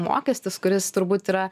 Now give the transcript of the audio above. mokestis kuris turbūt yra